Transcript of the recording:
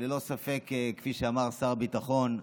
ללא ספק, כפי שאמר שר הביטחון,